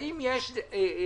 האם יש חשיבה